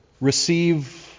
receive